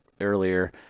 earlier